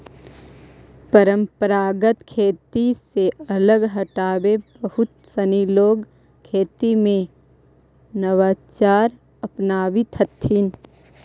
परम्परागत खेती से अलग हटके बहुत सनी लोग खेती में नवाचार अपनावित हथिन